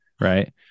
Right